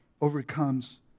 overcomes